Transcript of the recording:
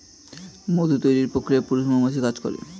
মধু তৈরির প্রক্রিয়ায় পুরুষ মৌমাছি কাজ করে